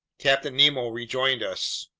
captain nemo rejoined us.